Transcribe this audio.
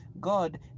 God